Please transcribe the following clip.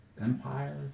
Empire